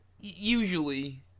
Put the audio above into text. Usually